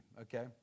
okay